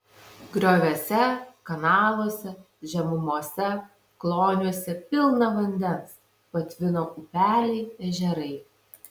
grioviuose kanaluose žemumose kloniuose pilna vandens patvino upeliai ežerai